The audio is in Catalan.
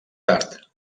tard